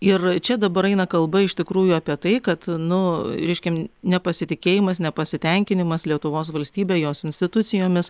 ir čia dabar eina kalba iš tikrųjų apie tai kad nu reiškiam nepasitikėjimas nepasitenkinimas lietuvos valstybe jos institucijomis